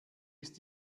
ist